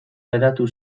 geratu